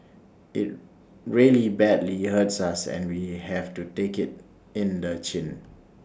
IT really badly hurts us and we have to take IT in the chin